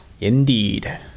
Indeed